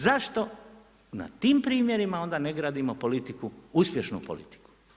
Zašto na tim primjerima onda ne gradimo politiku, uspješnu politiku?